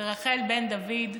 ולרחל בן דוד.